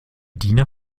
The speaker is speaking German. diener